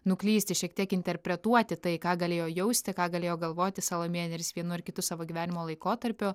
nuklysti šiek tiek interpretuoti tai ką galėjo jausti ką galėjo galvoti salomėja nėris vienu ar kitu savo gyvenimo laikotarpiu